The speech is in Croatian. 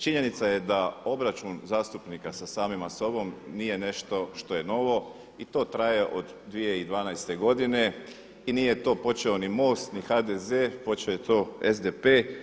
Činjenica je da obračun zastupnika sa samima sobom nije nešto što je novo i to traje od 2012. godine i nije to počeo ni MOST ni HDZ, počeo je to SDP.